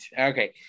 Okay